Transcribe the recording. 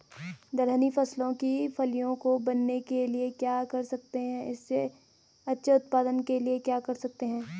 दलहनी फसलों की फलियों को बनने के लिए क्या कर सकते हैं इसके अच्छे उत्पादन के लिए क्या कर सकते हैं?